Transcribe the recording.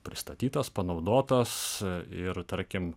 pristatytas panaudotas ir tarkim